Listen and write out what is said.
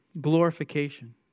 glorification